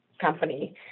company